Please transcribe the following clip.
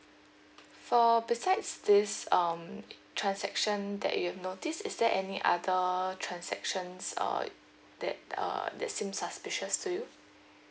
for besides this um transaction that you've noticed is there any other transactions uh that uh that seems suspicious to you